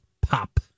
pop